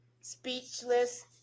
speechless